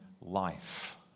life